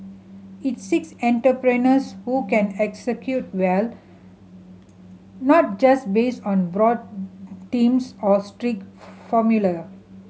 it seeks entrepreneurs who can execute well not just based on broad themes or strict formula